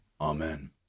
Amen